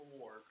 war